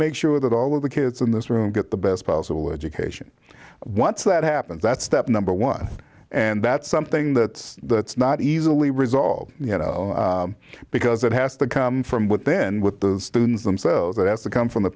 make sure that all of the kids in this room get the best possible education once that happens that's step number one and that's something that that's not easily resolved because it has to come from but then with the students themselves it has to come from the